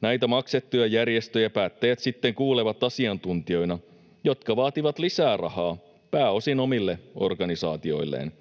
Näitä maksettuja järjestöjä päättäjät sitten kuulevat asiantuntijoina, jotka vaativat lisää rahaa pääosin omille organisaatioilleen.